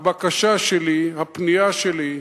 הבקשה שלי, הפנייה שלי,